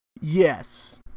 Yes